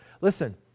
Listen